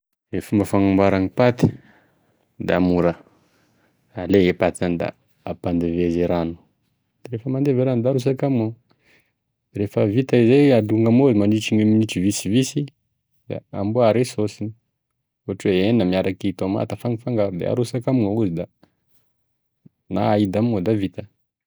E fomba fagnamboarany paty da mora, alay e paty zany da hampandivezy e rano, rehefa mandevy e rano da arosaky amignao, da alogny amignao mandritry e minitry visivisy, da amboary e saosiny, ohatra hoe hena miaraky tomaty afangifangaro da arotsaky amign'ao izy da na ahidy amignao da vita.